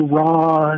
raw